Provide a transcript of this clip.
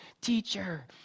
teacher